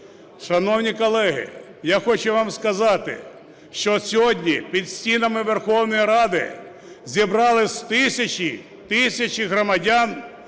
Шановні колеги, я хочу вам сказати, що сьогодні під стінами Верховної Ради зібрались тисячі-тисячі громадян,